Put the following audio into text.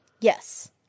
Yes